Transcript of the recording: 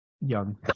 young